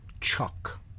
Chuck